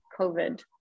COVID